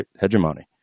hegemony